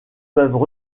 peuvent